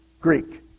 Greek